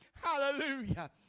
Hallelujah